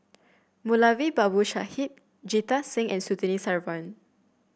Moulavi Babu Sahib Jita Singh and Surtini Sarwan